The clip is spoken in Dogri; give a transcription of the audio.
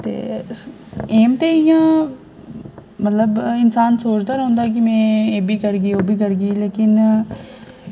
ते एम ते इ'यां मतलब इंसान सोचता रौह्ंदा कि में एह्बी करगी ओह् बी करगी लेकिन